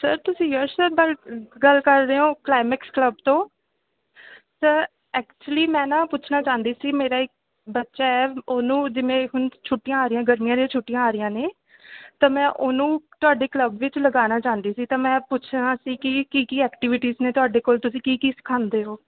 sir ਤੁਸੀਂ yes sir ਗੱਲ ਕਰ ਰਹੇ ਹੋ ਕਲਾਈਮਿਕਸ ਕਲੱਬ ਤੋਂ ਸਰ ਐਕਚੁਲੀ ਮੈਂ ਨਾ ਪੁੱਛਣਾ ਚਾਹੁੰਦੀ ਸੀ ਮੇਰਾ ਇਕ ਬੱਚਾ ਹੈ ਉਹਨੂੰ ਜਿਵੇਂ ਹੁਣ ਛੁੱਟੀਆਂ ਆ ਰਹੀਆਂ ਗਰਮੀਆਂ ਦੀਆਂ ਛੁੱਟੀਆਂ ਆ ਰਹੀਆ ਨੇ ਤਾਂ ਮੈਂ ਉਹਨੂੰ ਤੁਹਾਡੇ ਕਲੱਬ ਵਿੱਚ ਲਗਾਣਾ ਚਾਹੁੰਦੀ ਸੀ ਮੈਂ ਪੁੱਛਣਾ ਸੀ ਕਿ ਕੀ ਕੀ ਐਕਟੀਵਿਟੀਜ਼ ਨੇ ਤੁਹਾਡੇ ਕੋਲ ਤੁਸੀਂ ਕੀ ਕੀ ਸਿਖਾਂਦੇ ਹੋ